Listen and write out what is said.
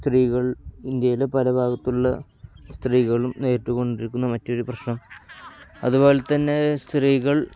സ്ത്രീകൾ ഇന്ത്യയിലെ പല ഭാഗത്തുള്ള സ്ത്രീകളും നേരിട്ടുകൊണ്ടിരിക്കുന്ന മറ്റൊരു പ്രശ്നം അതുപോലെത്തന്നെ സ്ത്രീകൾ